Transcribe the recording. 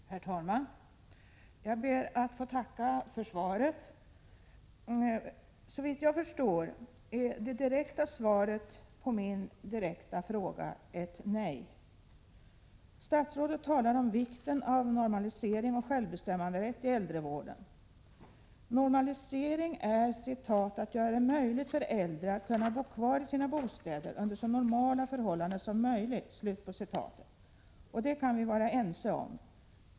Herr talman! Jag ber att få tacka för svaret. Såvitt jag förstår är det direkta svaret på min direkta fråga ett nej. Statsrådet talar om vikten av normalisering och självbestämmanderätt i äldrevården. Normalisering är ”att göra det möjligt för äldre ——— att kunna bo kvar i sina bostäder under så normala förhållanden som möjligt”. Det kan vi vara ense om.